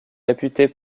réputée